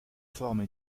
formes